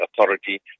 authority